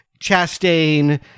Chastain